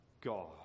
God